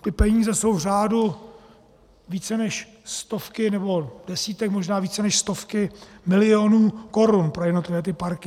Ty peníze jsou v řádu více než stovky, nebo desítek, možná více než stovky milionů korun pro ty jednotlivé parky.